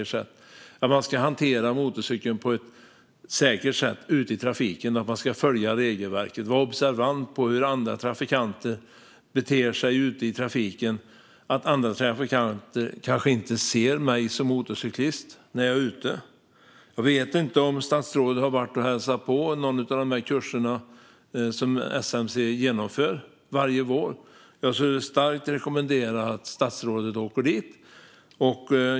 Det handlar om att hantera motorcykeln på ett säkert sätt ute i trafiken, följa regelverket, vara observant på hur andra trafikanter beter sig i trafiken eller på att andra trafikanter inte ser mig som motorcyklist när jag är ute på vägarna. Jag vet inte om statsrådet har hälsat på vid någon av de kurser som SMC genomför varje vår, men jag skulle starkt rekommendera att statsrådet åker dit.